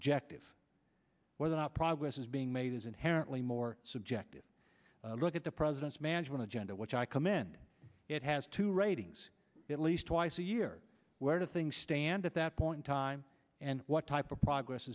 subjective whether or not progress is being made is inherently more subjective look at the president's management agenda which i commend it has to ratings at least twice a year where things stand at that point time and what type of progress